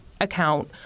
account